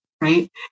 right